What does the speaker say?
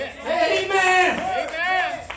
Amen